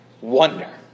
wonder